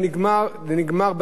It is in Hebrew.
ואנשים נדרשים לשלם.